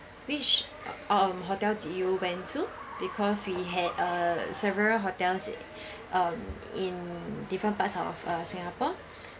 which um hotel did you went to because we had uh several hotels um in different parts of uh singapore